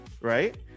Right